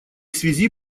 связи